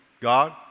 God